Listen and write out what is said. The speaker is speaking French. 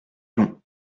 long